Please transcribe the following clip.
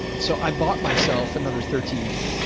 so i bought myself another thirteen years.